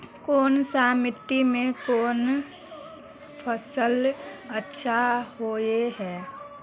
कोन सा मिट्टी में कोन फसल अच्छा होय है?